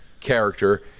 character